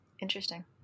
interesting